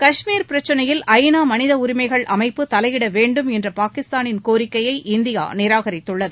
கஷ்மீர் பிரச்சினையில் ஐ நா மனித உரிமைகள் அமைப்பு தலையிட வேண்டும் என்ற பாகிஸ்தானின் கோரிக்கையை இந்தியா நிராகரித்துள்ளது